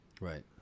right